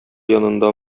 янында